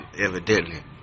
Evidently